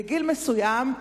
בגיל מסוים,